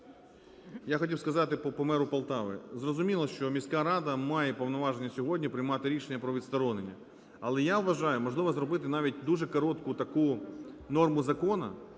Я хотів сказати по меру Полтави. Зрозуміло, що міська рада має повноваження сьогодні приймати рішення про відсторонення. Але, я вважаю, можливо, зробити навіть дуже коротку таку норму закону,